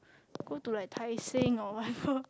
go to like Tai-Seng or whatever